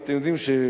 אתם יודעים,